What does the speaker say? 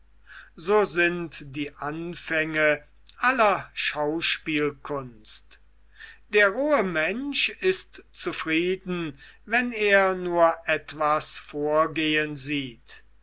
so sind die anfänge aller schauspielkunst der rohe mensch ist zufrieden wenn er nur etwas vorgehen sieht